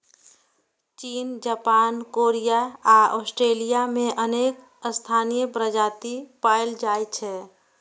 चीन, Japan, Korea आ Australia मे अनेक स्थानीय प्रजाति पाएल जाइ छै